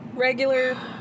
regular